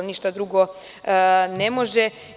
Ništa drugo ne može.